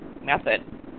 method